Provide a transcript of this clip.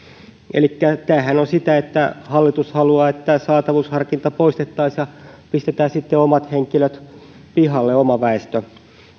elikkä tämähän on sitä että hallitus haluaa että saatavuusharkinta poistettaisiin ja pistetään sitten pihalle omat henkilöt oma väestö